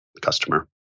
customer